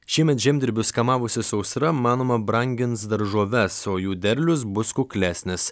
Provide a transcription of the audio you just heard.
šiemet žemdirbius kamavusi sausra manoma brangins daržoves o jų derlius bus kuklesnis